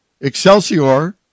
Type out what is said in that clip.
excelsior